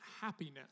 happiness